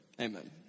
Amen